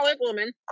woman